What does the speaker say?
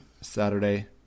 Saturday